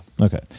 Okay